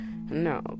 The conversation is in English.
no